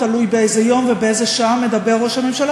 תלוי באיזה יום ובאיזו שעה מדבר ראש הממשלה